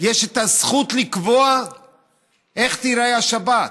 יש הזכות לקבוע איך תיראה השבת,